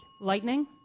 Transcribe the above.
Lightning